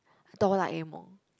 Doraemon